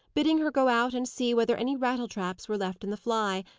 bidding her go out and see whether any rattletraps were left in the fly,